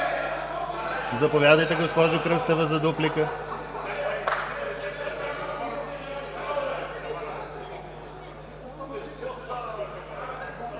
Заповядайте, госпожо Кръстева, за дуплика.